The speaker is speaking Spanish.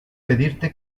pedirte